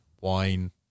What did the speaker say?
wine